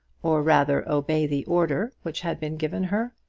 or rather obey the order which had been given her?